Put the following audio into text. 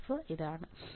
graph ഇതാണ്